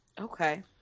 okay